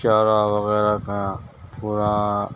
چارہ وغیرہ کا پورا